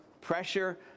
Pressure